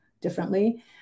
differently